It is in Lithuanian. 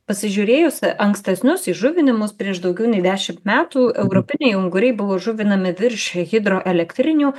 pasižiūrėjus ankstesnius įžuvinimus prieš daugiau nei dešimt metų europiniai unguriai buvo žuvinami virš hidroelektrinių